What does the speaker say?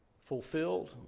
fulfilled